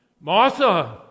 Martha